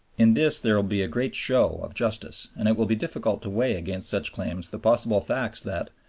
in this there will be a great show of justice, and it will be difficult to weigh against such claims the possible facts that,